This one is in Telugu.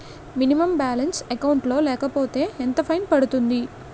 మినిమం బాలన్స్ అకౌంట్ లో లేకపోతే ఎంత ఫైన్ పడుతుంది?